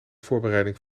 voorbereiding